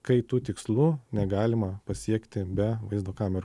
kai tų tikslų negalima pasiekti be vaizdo kamerų tai